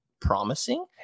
promising